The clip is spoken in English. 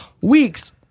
weeks